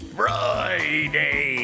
friday